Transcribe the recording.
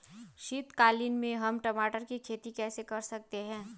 शीतकालीन में हम टमाटर की खेती कैसे कर सकते हैं?